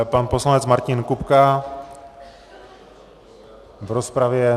Pan poslanec Martin Kupka v rozpravě.